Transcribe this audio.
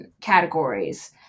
categories